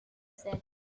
said